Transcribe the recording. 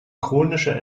chronische